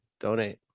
donate